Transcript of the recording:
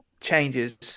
changes